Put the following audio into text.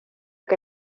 que